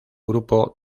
grupo